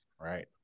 Right